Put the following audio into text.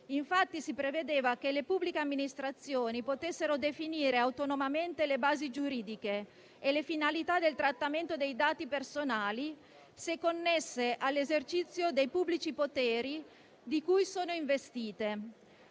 Infatti, si prevedeva che le pubbliche amministrazioni potessero definire autonomamente le basi giuridiche e le finalità del trattamento dei dati personali se connesse all'esercizio dei pubblici poteri di cui sono investite.